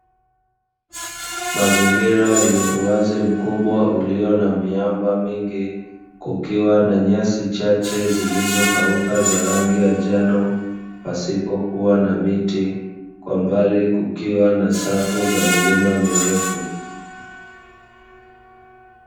Mazingira yenye uwazi mkubwa ulio na miamba mingi kukiwa na nyasi chache zilizokauka za rangi ya njano pasipo kuwa na miti, kwa mbali kukiwa na safu za milima mirefu.